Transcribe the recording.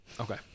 okay